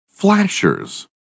Flashers